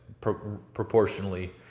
proportionally